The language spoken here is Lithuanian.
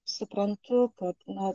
suprantu kad na